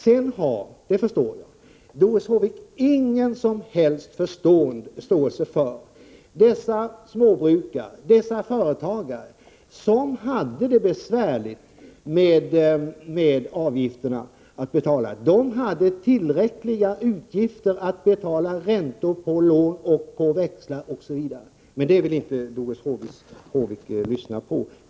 Det är helt klart att Doris Håvik inte har någon som helst förståelse för de småbrukare och företagare som hade besvärligheter med att betala avgifterna. De hade tillräckligt med utgifter för räntor på lån, växlar osv. Men det vill inte Doris Håvik lyssna på.